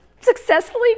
successfully